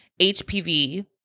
HPV